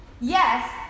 yes